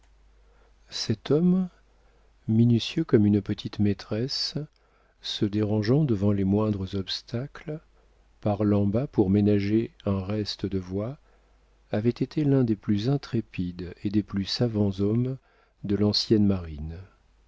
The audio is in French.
cet homme minutieux comme une petite-maîtresse se dérangeant devant les moindres obstacles parlant bas pour ménager un reste de voix avait été l'un des plus intrépides et des plus savants hommes de l'ancienne marine